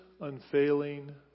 unfailing